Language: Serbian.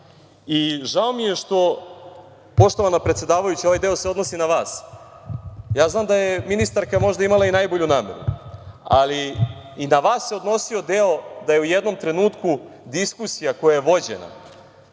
mi je, poštovana predsedavajuća ovaj deo se odnosi na vas, ja znam da je ministarka možda imala i najbolju nameru, ali i na vas se odnosio deo da je u jednom trenutku diskusija koja je vođena,